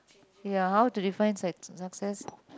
ya how to define suc~ success